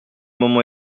moment